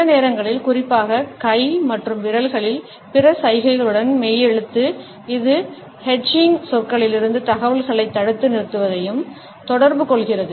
சில நேரங்களில் குறிப்பாக கை மற்றும் விரல்களின் பிற சைகைகளுடன் மெய்யெழுத்து இது ஹெட்ஜிங் சொற்களிலிருந்து தகவல்களைத் தடுத்து நிறுத்துவதையும் தொடர்பு கொள்கிறது